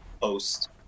post